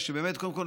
קודם כול,